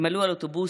הם עלו על אוטובוסים,